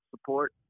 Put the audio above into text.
support